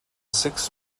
six